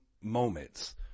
moments